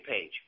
page